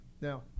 Now